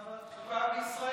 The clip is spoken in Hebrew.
אין ועדת חוקה בישראל?